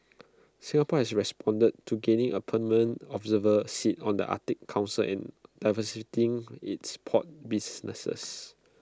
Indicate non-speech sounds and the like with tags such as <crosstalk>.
<noise> Singapore has responded to gaining A permanent observer seat on the Arctic Council and diversifying its port businesses